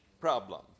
problem